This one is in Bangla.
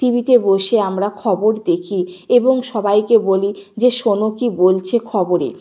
টিভিতে বসে আমরা খবর দেখি এবং সবাইকে বলি যে শোনো কী বলছে খবরে